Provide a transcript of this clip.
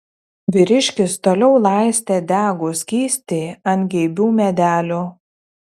vyriškis toliau laistė degų skystį ant geibių medelių